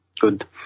good